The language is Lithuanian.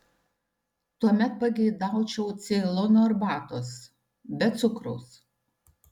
tuomet pageidaučiau ceilono arbatos be cukraus